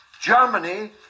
Germany